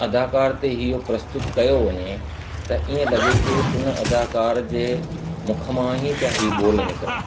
अदाकार ते इहो प्रस्तुत कयो वञे त इअं लॻे कि हुन अदाकार जे मुख मां ई पिया इ ॿोल निकिरनि